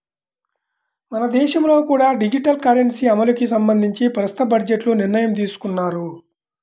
మన దేశంలో కూడా డిజిటల్ కరెన్సీ అమలుకి సంబంధించి ప్రస్తుత బడ్జెట్లో నిర్ణయం తీసుకున్నారు